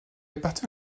appartient